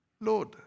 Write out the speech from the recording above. Lord